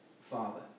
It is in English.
Father